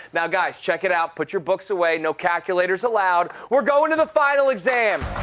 now guys check it output your books away no calculators allowed. we're going to the final exam.